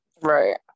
Right